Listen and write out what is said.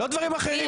לא דברים אחרים.